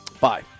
Bye